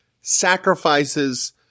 sacrifices